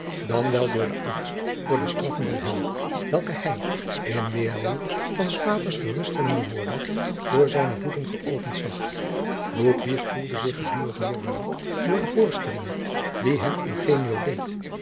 dan wel door de angst voor de straffen der hel welke hij in weerwil van s paters geruststellende woorden voor zijne voeten geöpend zag jacob van lennep de pleegzoon ludwig voelde zich gedurig meer benaauwd door de voorstellingen die hem eugenio deed